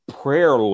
prayer